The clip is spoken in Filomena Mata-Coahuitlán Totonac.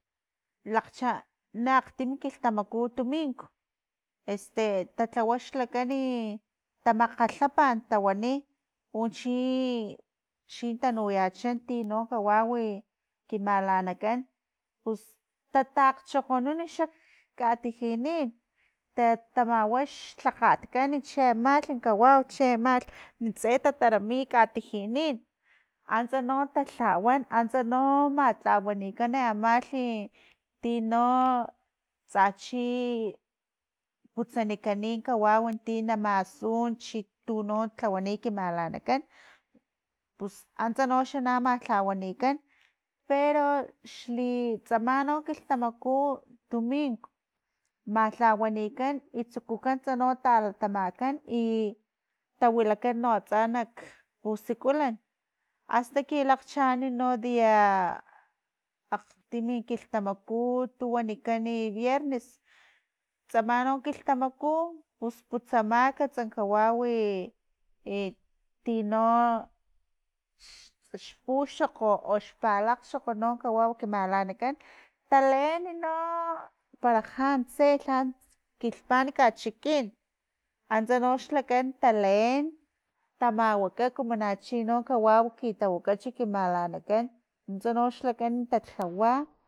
Lakchaa akgtim kilhtamaku tumink ta tlawa xlakan tamakgalhapan tawani unchi chin tanuyacha tino kawawi kimalanakan, pus tatakgchokgonun xa ka tijinin tatamawa xlhakgat kan cheamalh kawau cheamalh nintse tatarami katijinin antsa no tatlawan antsa no matlawanikani no amalhi tino tsachi, putsanikani kawau tinamasu chi tuno lhawani ki malanakan pus antsa noxa ma lha wanikan pero xli tsama no kiltamaku tumink matlawanikan i tsikukantsa no talatamakan i tawilakan atsa nak pusikulan asta kilakgchaan no dia akgtimi kilhtamaku tu wanikani viernes, tsama no kilhtamaku pus putsamakatsa kawawi e tino xpuxokgo o xpalakxokg no kawau malanakan, taleeni no para jantse lhan kilhpan kachikin antsa nox lakan taleen, tamawaka como chino kawawi tawakachi ki malanakan nuntsa noxlakan talhawa.